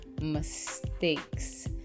mistakes